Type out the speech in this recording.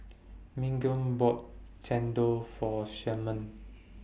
Miguel bought Chendol For Sherman